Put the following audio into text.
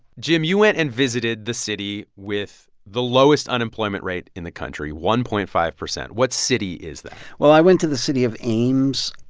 jim, you went and visited the city with the lowest unemployment rate in the country one point five zero. what city is that? well, i went to the city of ames,